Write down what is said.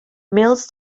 mills